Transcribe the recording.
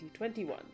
2021